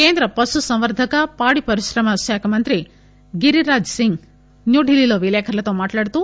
కేంద్ర పశుసంవర్దక పాడి పరిశ్రమ శాఖ మంత్రి గిరిరాజ్ సింగ్ న్యూఢిల్లీలో విలేఖరులతో మాట్లాడుతూ